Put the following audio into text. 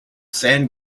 san